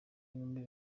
inkumi